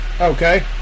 Okay